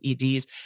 EDs